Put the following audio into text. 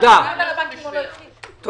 ואתה חייב להיות שם בשבילם.